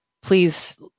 please